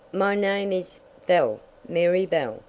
my name is bell mary bell,